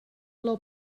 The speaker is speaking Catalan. plou